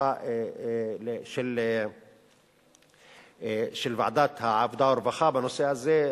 ישיבה של ועדת העבודה והרווחה בנושא הזה,